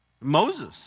Moses